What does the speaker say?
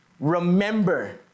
remember